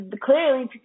clearly